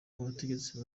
abategetsi